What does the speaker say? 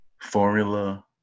formula